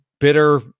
bitter